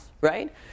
right